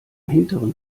hinteren